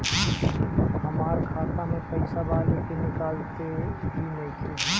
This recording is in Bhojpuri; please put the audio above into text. हमार खाता मे पईसा बा लेकिन निकालते ही नईखे?